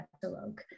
catalog